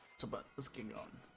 to but the skin on